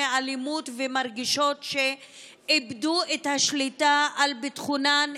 מאלימות ומרגישות שאיבדו את השליטה על ביטחונן,